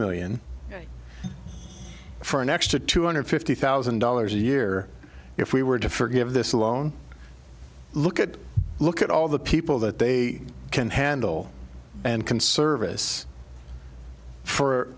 million for an extra two hundred fifty thousand dollars a year if we were to forgive this loan look at look at all the people that they can handle and can service for